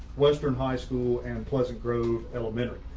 western high school and pleasant grove elementary.